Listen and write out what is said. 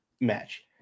match